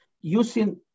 using